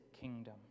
kingdom